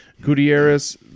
gutierrez